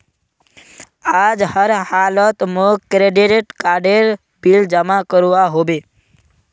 आज हर हालौत मौक क्रेडिट कार्डेर बिल जमा करवा होबे